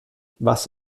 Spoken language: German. was